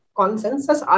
consensus